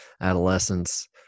adolescence